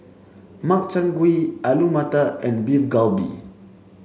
Makchang Gui Alu Matar and Beef Galbi